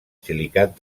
silicat